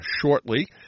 shortly